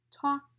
Talk